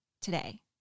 today